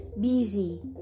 busy